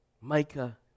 Micah